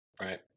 right